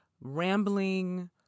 rambling